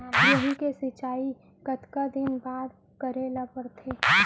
गेहूँ के सिंचाई कतका दिन बाद करे ला पड़थे?